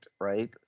right